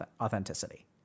authenticity